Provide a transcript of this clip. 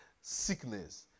sickness